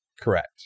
Correct